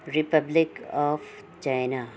republic of China